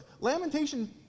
Lamentation